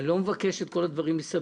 אני לא מבקש את כל הדברים מסביב.